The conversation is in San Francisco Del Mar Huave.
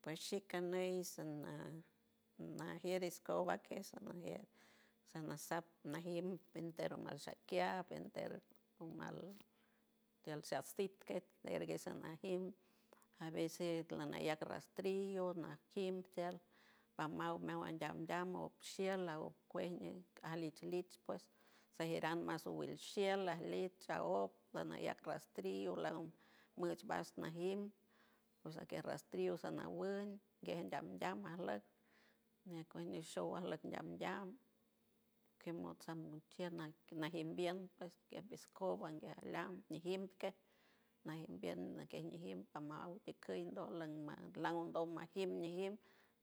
Puexi kaneis xana najiet escoba queso na jeit sanazap najiet ventero masakia ventero bumal taltaziket delguesanajin abeses lanajac rastrillo najiltam mama meawan dandan oxielpue sajeran mas awiel las tipixiaop lanajaac rastriloo le bisbanaji bosaque rastrio shanawm genñam nasslap nejacue nesho ajlow ñamñam kamoxamuxie nasimbien pues kepesco wayanlanque najinbien naqueñijin amau ikendow landomajin